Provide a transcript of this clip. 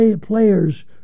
players